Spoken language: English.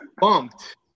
bumped